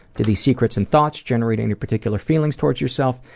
do these secrets and thoughts generate any particular feelings towards yourself?